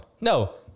No